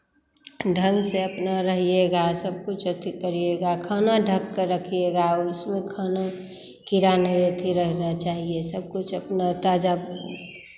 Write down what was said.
ढंग से अपना रहिएगा सब कुछ अथि करिएगा खाना ढँक के रखिएगा उसमें खाना कीड़ा नहीं अथि रहना चाहिए सब कुछ अपना ताज़ा